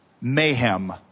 mayhem